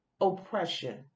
oppression